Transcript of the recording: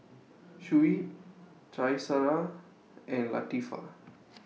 Shuib Qaisara and Latifa